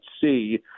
see